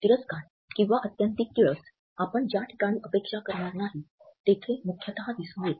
तिरस्कार किंवा आत्यंतिक किळस आपण ज्या ठिकाणी अपेक्षा करणार नाही तेथे मुख्यतः दिसून येते